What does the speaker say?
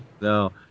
No